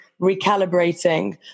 recalibrating